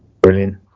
Brilliant